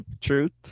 truth